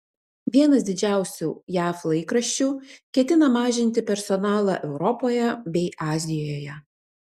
vienas didžiausių jav laikraščių ketina mažinti personalą europoje bei azijoje